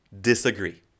disagree